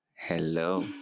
Hello